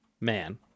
Man